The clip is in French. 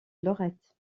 lorette